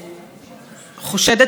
גברתי שרת המשפטים,